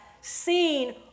seen